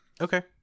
Okay